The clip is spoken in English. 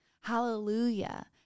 Hallelujah